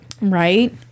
Right